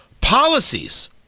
policies